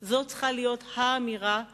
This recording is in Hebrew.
זאת לא אמירה של התכנסות כזאת או אחרת.